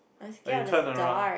when you turn around